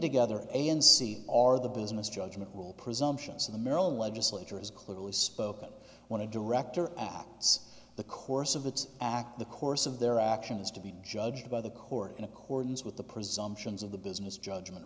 together a and c are the business judgment will presumptions of the maryland legislature is clearly spoken want to direct or acts the course of its act the course of their action is to be judged by the court in accordance with the presumptions of the business judgment